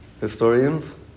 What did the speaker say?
Historians